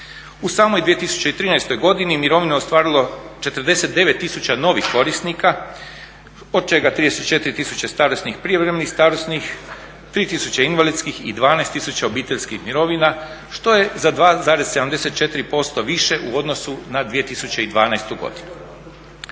U samoj 2013. godini mirovinu je ostvarilo 49000 novih korisnika od čega 34000 starosnih, prijevremenih starosnih, 3000 invalidskih i 12 000 obiteljskih mirovina što je za 2,74% više u odnosu na 2012. godinu.